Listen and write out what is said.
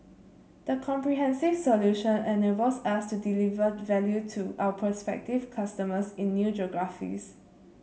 the comprehensive solution enables us to deliver value to our prospective customers in new geographies